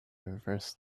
reversed